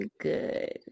good